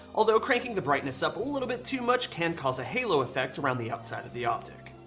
although cranking the brightness up a little bit too much can cause a halo effect around the upside of the optic.